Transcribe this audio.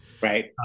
Right